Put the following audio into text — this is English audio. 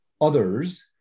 others